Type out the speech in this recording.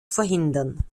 verhindern